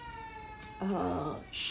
uh sh~